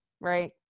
Right